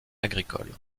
agricoles